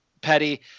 Petty